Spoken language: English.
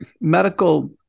medical